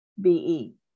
B-E